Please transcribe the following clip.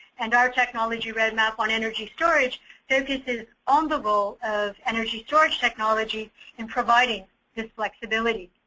and our technology roadmap on energy storage focuses on the role of energy storage technology in providing this flexibility.